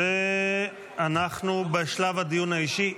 ואנחנו בשלב הדיון האישי.